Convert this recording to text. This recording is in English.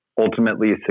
ultimately